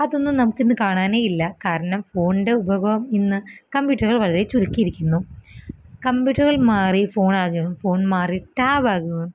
അതൊന്നും നമുക്കിന്ന് കാണാനേയില്ല കാരണം ഫോണിൻ്റെ ഉപയോഗം ഇന്ന് കമ്പ്യൂട്ടറിൽ വളരെ ചുരുക്കീരിക്കുന്നു കമ്പ്യൂട്ടറുകൾ മാറി ഫോണാകും ഫോൺ മാറി ടാബാകുന്നു